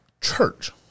church